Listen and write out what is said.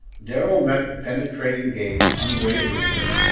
darrell met the penetrating gaze unwaveringly,